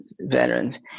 veterans